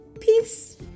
Peace